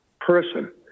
person